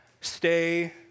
stay